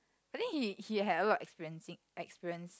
I think he he had a lot of experiencing experience